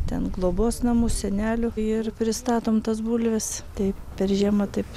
ten globos namus senelių ir pristatom tas bulves tai per žiemą taip